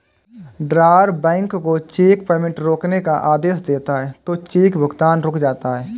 drawer bank को cheque payment रोकने का आदेश देता है तो चेक भुगतान रुक जाता है